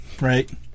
right